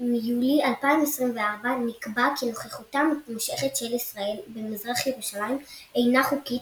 מיולי 2024 נקבע כי נוכחותה המתמשכת של ישראל במזרח ירושלים אינה חוקית,